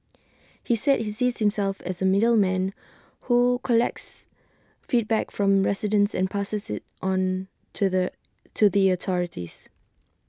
he said he sees himself as A middleman who collects feedback from residents and passes IT on to the to the authorities